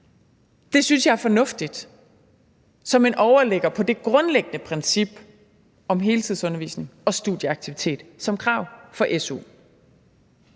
Det synes jeg er fornuftigt som en overligger på det grundlæggende princip om heltidsundervisning og studieaktivitet som krav for su.